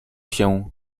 się